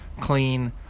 clean